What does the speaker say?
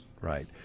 right